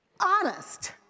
honest